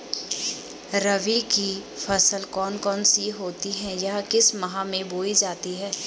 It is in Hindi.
रबी की फसल कौन कौन सी होती हैं या किस महीने में बोई जाती हैं?